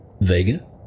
Vega